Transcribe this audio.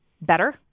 better